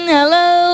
Hello